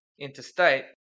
interstate